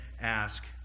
ask